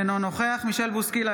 אינו נוכח מישל בוסקילה,